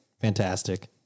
fantastic